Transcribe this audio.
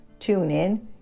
TuneIn